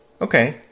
Okay